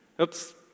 Oops